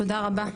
תודה רבה.